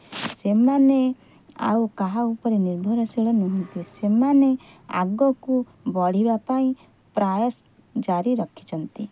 ସେମାନେ ଆଉ କାହା ଉପରେ ନିର୍ଭରଶୀଳ ନୁହଁନ୍ତି ସେମାନେ ଆଗକୁ ବଢ଼ିବା ପାଇଁ ପ୍ରୟାସ ଜାରି ରଖିଛନ୍ତି